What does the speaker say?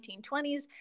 1920s